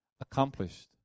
accomplished